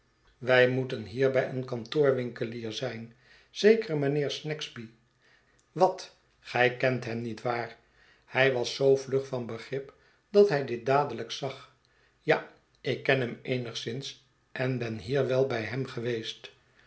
wij moeten hier bij een kantoorwinkelier zijn zekere mijnheer snagsby wat gij kent hem niet waar hij was zoo vlug van begrip dat hij dit dadelijk zag ja ik ken hem eenigszins en ben hier wel bij hem geweest